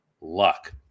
luck